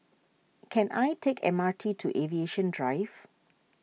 can I take M R T to Aviation Drive